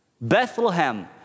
Bethlehem